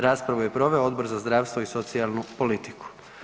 Raspravu je proveo Odbor za zdravstvo i socijalnu politiku.